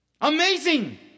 Amazing